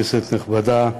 כנסת נכבדה,